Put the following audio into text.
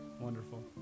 Wonderful